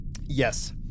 Yes